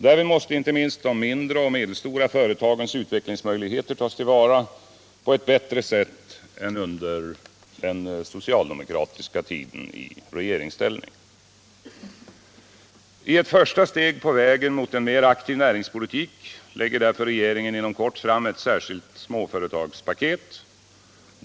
Därvid måste inte minst de mindre och medelstora företagens utvecklingsmöjligheter tas till vara på ett bättre sätt än under den tid då socialdemokraterna var i regeringsställning. I ett första steg på vägen mot en mer aktiv näringspolitik lägger därför regeringen inom kort fram ett särskilt småföretagspaket.